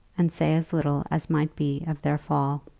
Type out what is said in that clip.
and say as little as might be of their fall.